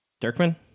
Dirkman